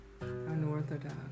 Unorthodox